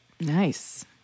Nice